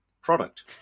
product